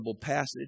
passage